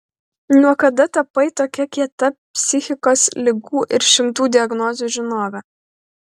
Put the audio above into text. nuo kada tapai tokia kieta psichikos ligų ir šimtų diagnozių žinove